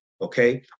Okay